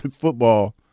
football